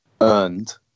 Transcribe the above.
earned